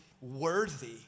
worthy